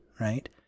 right